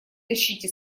тащите